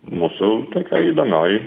mūsų tokioj įdomioj